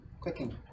clicking